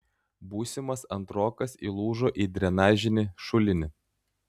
būsimas antrokas įlūžo į drenažinį šulinį